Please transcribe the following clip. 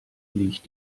liegt